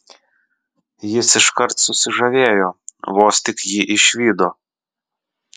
jis iškart susižavėjo vos tik jį išvydo